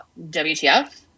wtf